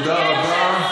תודה רבה.